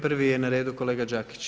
Prvi je na redu kolega Đakić.